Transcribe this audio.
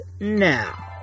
now